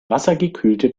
wassergekühlte